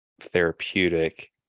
therapeutic